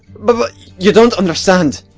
but but you don't understand!